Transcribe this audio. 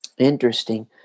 Interesting